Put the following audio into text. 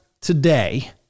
today